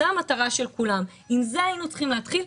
זו המטרה של כולם ועם זה היינו צריכים להתחיל.